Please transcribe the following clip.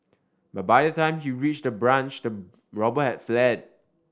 but by the time he reached the branch the robber had fled